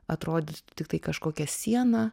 atrodytų tiktai kažkokią sieną